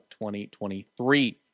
2023